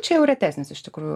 čia jau retesnis iš tikrųjų